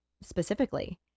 specifically